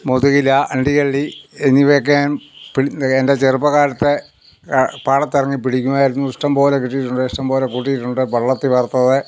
മുതുകില്ല അണ്ടികള്ളി എന്നിവയൊക്കെ എൻ്റെ ചെറുപ്പകാലത്ത് പാടത്തിറങ്ങി പിടിക്കുമായിരുന്നു ഇഷ്ടംപോലെ കിട്ടിയിട്ടുണ്ട് ഇഷ്ടം പോലെ കൂട്ടിയിട്ടുണ്ട് പള്ളത്തി വറുത്തത്